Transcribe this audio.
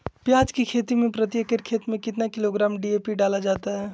प्याज की खेती में प्रति एकड़ खेत में कितना किलोग्राम डी.ए.पी डाला जाता है?